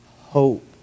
hope